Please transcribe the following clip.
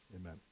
amen